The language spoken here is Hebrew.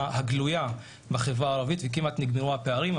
הגלויה בחברה הערבית וכמעט נגמרו הפערים,